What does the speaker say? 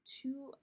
two